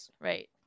Right